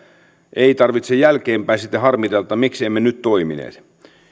ei tarvitse jälkeenpäin sitten harmitella miksi emme nyt toimineet